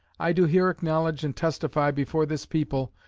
i do here acknowledge and testify before this people,